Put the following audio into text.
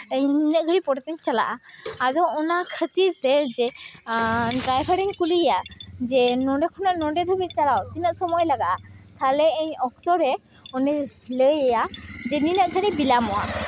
ᱱᱤᱱᱟᱹᱜ ᱜᱷᱟᱹᱲᱤᱡ ᱯᱚᱨᱮᱛᱤᱧ ᱪᱟᱞᱟᱜᱼᱟ ᱟᱫᱚ ᱚᱱᱟ ᱠᱷᱟᱹᱛᱤᱨ ᱛᱮ ᱰᱟᱭᱵᱷᱟᱨ ᱤᱧ ᱠᱩᱞᱤᱭᱮᱭᱟ ᱡᱮ ᱱᱚᱰᱮ ᱠᱷᱚᱱᱟᱜ ᱱᱚᱰᱮ ᱫᱷᱟᱹᱵᱤᱡ ᱪᱟᱞᱟᱣ ᱛᱤᱱᱟᱹᱜ ᱥᱚᱢᱚᱭ ᱞᱟᱜᱟᱜᱼᱟ ᱛᱟᱦᱚᱞᱮ ᱤᱧ ᱚᱠᱛᱚ ᱨᱮ ᱩᱱᱤ ᱞᱟᱹᱭ ᱟᱭᱟ ᱱᱤᱱᱟᱹᱜ ᱜᱷᱟᱹᱲᱤᱡ ᱵᱤᱞᱚᱢᱚᱜᱼᱟ